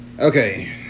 Okay